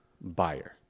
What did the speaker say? buyer